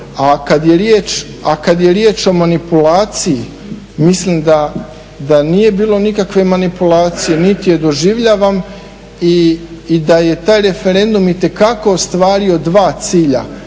A kad je riječ o manipulaciji mislim da nije bilo nikakve manipulacije niti je doživljavam i da je taj referendum itekako ostvario dva cilja.